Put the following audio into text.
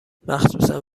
مخصوصا